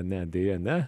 ne deja ne